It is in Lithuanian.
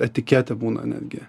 etiketė būna netgi